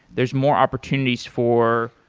there's more opportunities for,